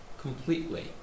completely